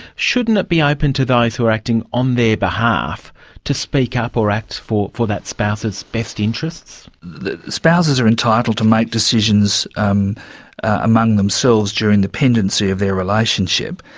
shouldn't it be open to those who are acting on their behalf to speak up or act for for that spouse's best interests? spouses are entitled to make decisions um among themselves during the pendency of their relationship,